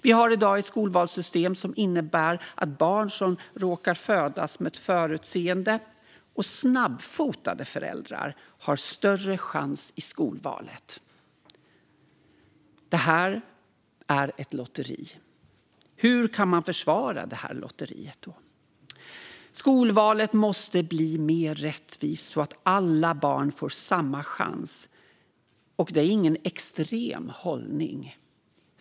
Vi har i dag ett skolvalssystem som innebär att barn som råkar födas med förutseende och snabbfotade föräldrar har större chans i skolvalet. Detta är ett lotteri. Hur kan man försvara detta lotteri? Skolvalet måste bli mer rättvist så att alla barn får samma chans, och det är ingen extrem hållning.